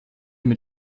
mit